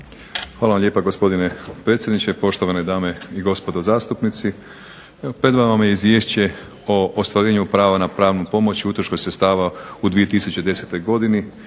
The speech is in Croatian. Hvala vam lijepa gospodine predsjedniče, poštovane dame i gospodo zastupnici. Pred vama je Izvješće o ostvarenju prava na pravnu pomoć i utroška sredstava u 2010. godini,